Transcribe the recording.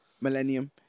millennium